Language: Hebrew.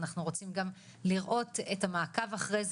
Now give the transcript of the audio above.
אנחנו רוצים גם לראות את המעקב אחרי זה.